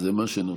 זה מה שנותר.